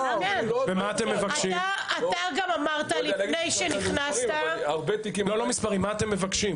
--- אתה גם אמרת לפני שנכנסת --- מה אתם מבקשים?